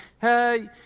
hey